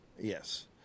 yes